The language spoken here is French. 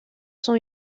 sont